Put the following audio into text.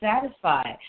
satisfied